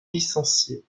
licenciés